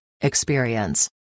experience